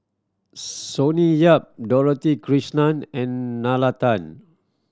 Sonny Yap Dorothy Krishnan and Nalla Tan